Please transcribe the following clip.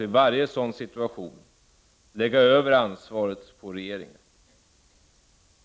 i varje sådan situation lägga över ansvaret på regeringen vore att indirekt ta ifrån de offentliganställda deras konflikträtt.